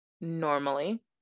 normally